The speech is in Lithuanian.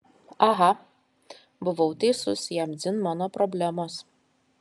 aha buvau teisus jam dzin mano problemos